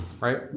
right